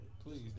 Please